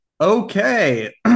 Okay